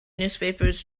newspapers